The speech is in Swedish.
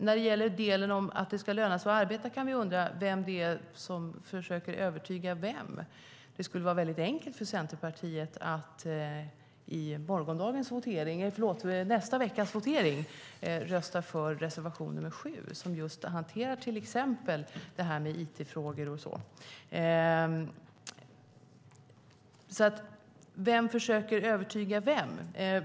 När det gäller att det ska löna sig att arbeta kan jag undra vem det är som försöker övertyga vem. Det skulle vara mycket enkelt för Centerpartiet att i nästa veckas votering rösta för reservation 7 där just it-frågor och annat tas upp. Vem försöker övertyga vem?